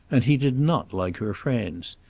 and he did not like her friends.